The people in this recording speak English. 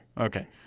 Okay